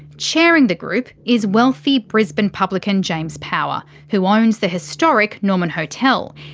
chairing the group is wealthy brisbane publican james power, who owns the historic norman hotel.